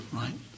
right